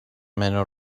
منو